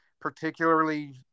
particularly